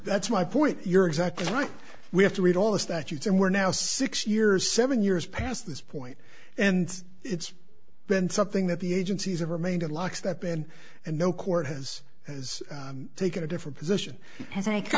that's my point you're exactly right we have to read all the statutes and we're now six years seven years past this point and it's been something that the agencies have remained a lock step in and no court has as taken a different position ha